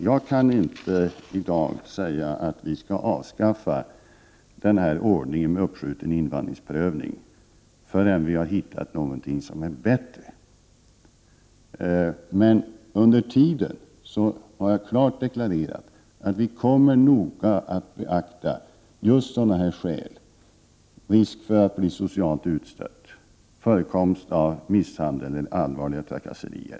Jag kan inte i dag säga att vi, innan vi har hittat någonting som är bättre skall avskaffa ordningen med uppskjuten invandringsprövning. Jag har dock deklarerat att vi under tiden noga kommer att beakta just sådana skäl — risk för att bli socialt utstött, förekomst av misshandel eller allvarliga trakasserier.